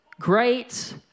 great